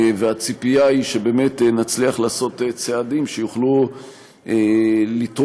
והציפייה היא שנצליח לעשות צעדים שיוכלו לתרום